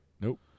Nope